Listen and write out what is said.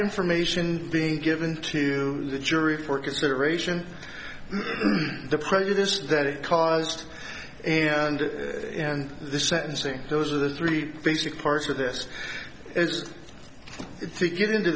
information being given to the jury for consideration the prejudice that it caused and and the sentencing those are the three basic parts of this is just to get into